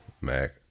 Mac